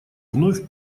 вновь